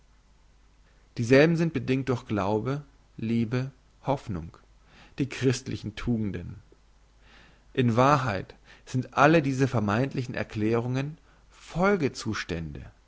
dieselben sind bedingt durch glaube liebe hoffnung die christlichen tugenden in wahrheit sind alle diese vermeintlichen erklärungen